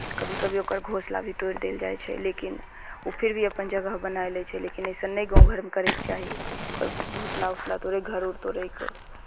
कभी कभी ओकर घौँसला भी तोड़ि देल जाइ छै लेकिन ओ फेर भी अपन जगह बनाय लै छै लेकिन अइसन नहि गाँव घरमे करयके चाही ओकर घोँसला उसला तोड़यके घर उर तोड़यके